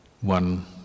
one